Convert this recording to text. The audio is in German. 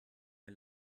mir